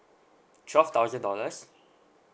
twelve thousand dollars